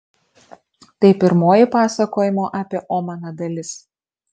tai pirmoji pasakojimo apie omaną dalis